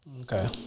Okay